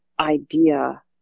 idea